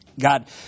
God